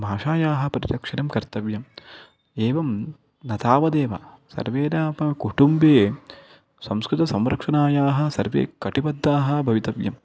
भाषायाः परिरक्षणं कर्तव्यं एवं न तावदेव सर्वेन प कुटुम्बे संस्कृतसंरक्षणायाः सर्वे कटिबद्धाः भवितव्यम्